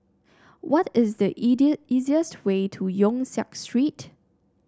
what is the easiest way to Yong Siak Street